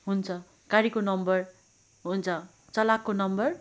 हुन्छ गाडीको नम्बर हुन्छ चालकको नम्बर